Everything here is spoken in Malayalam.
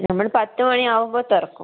നമ്മള് പത്ത് മണി ആകുമ്പോൾ തുറക്കും